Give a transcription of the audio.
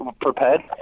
prepared